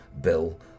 bill